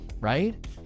Right